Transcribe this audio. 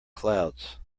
clouds